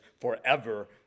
forever